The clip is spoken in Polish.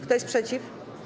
Kto jest przeciw?